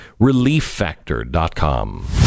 ReliefFactor.com